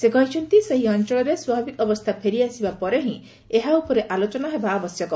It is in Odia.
ସେ କହିଛନ୍ତି ସେହି ଅଞ୍ଚଳରେ ସ୍ୱାଭାବିକ ଅବସ୍ଥା ଫେରିଆସିବା ପରେ ହିଁ ଏହା ଉପରେ ଆଲୋଚନା ହେବା ଆବଶ୍ୟକ